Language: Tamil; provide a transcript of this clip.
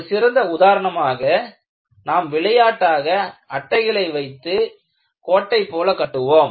ஒரு சிறந்த உதாரணமாக நாம் விளையாட்டாக அட்டைகளை வைத்து கோட்டை போல கட்டுவோம்